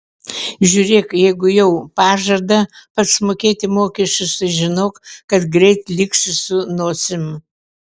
žiūrėk jeigu jau pažada pats mokėti mokesčius tai žinok kad greit liksi su nosim